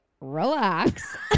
relax